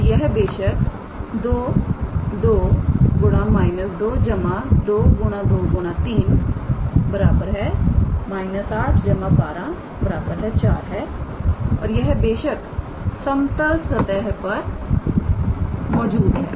तो यह बेशक 2 2 −2 223 −8 12 4 है और यह बेशक समतल सतह पर मौजूद है